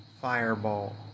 fireball